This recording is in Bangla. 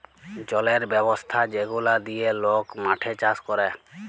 জলের ব্যবস্থা যেগলা দিঁয়ে লক মাঠে চাষ ক্যরে